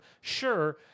Sure